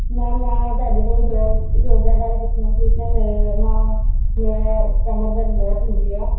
ma'am ਮੈਂ ਤੁਹਾਡੇ ਕੋਲ ਯੋ ਯੋਗਾ ਬਾਰੇ ਪੁੱਛਣਾ ਸੀ ਕਿ ਮੇਰੇ ਨਾ ਮੇਰਾ ਕਮਰ ਦਰਦ ਬਹੁਤ ਹੁੰਦੀ ਆ